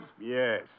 Yes